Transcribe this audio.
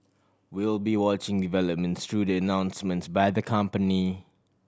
we will be watching developments through the announcements by the company